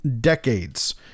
decades